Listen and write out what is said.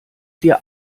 dir